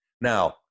Now